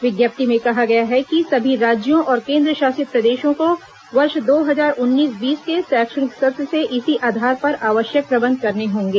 विज्ञप्ति में कहा गया है कि सभी राज्यों और केंद्रशासित प्रदेशों को वर्ष दो हजार उन्नीस बीस के शैक्षणिक सत्र से इसी आधार पर आवश्यक प्रबंध करने होंगे